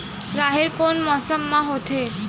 राहेर कोन मौसम मा होथे?